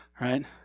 right